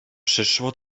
przyszło